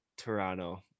toronto